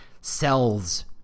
cells